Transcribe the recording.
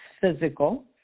physical